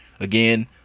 Again